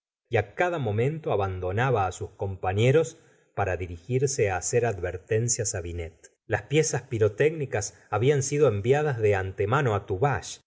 y cada momento abandonaba sus compafieros para dirigirse hacer advertencias binet las piezas pirotécnicas habían sido enviadas de antemano